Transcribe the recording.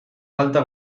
falta